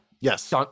yes